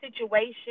situation